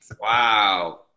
Wow